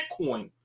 Bitcoin